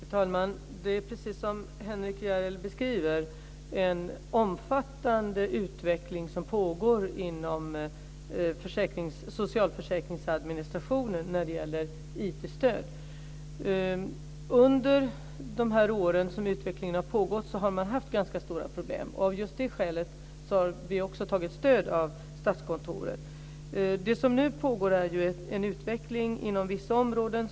Fru talman! Det är precis som Henrik Järrel beskriver. Det är en omfattande utveckling av IT-stöd som pågår inom socialförsäkringsadministrationen. Under de år som utvecklingen har pågått har man haft ganska stora problem. Av just det skälet har vi också tagit stöd av Statskontoret. Det som nu pågår är en utveckling inom vissa områden.